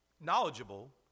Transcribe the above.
knowledgeable